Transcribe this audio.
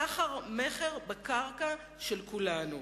סחר-מכר בקרקע של כולנו.